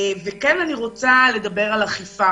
אני כן רוצה לדבר על אכיפה